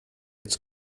its